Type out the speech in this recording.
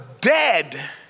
dead